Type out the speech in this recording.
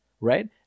Right